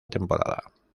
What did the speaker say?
temporada